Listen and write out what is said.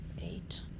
eight